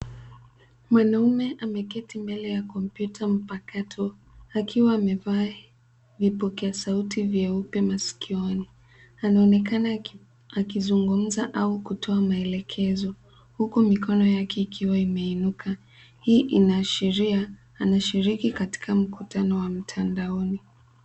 Mwanaume ameketi mbele ya kompyuta mpakato akiwa amevaa vipokea sauti vyeupe maskioni anaonekana akizungumza au kutoa maelekezo huku mikono yake ikiwa imeinuka hii inaashiria anashiriki katika mkutano wa mtandaoni.